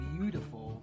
beautiful